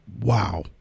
Wow